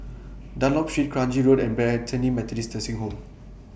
Dunlop Street Kranji Road and Bethany Methodist Nursing Home